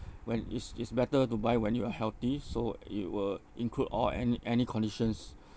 when it's it's better to buy when you are healthy so it will include all any any conditions